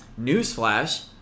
Newsflash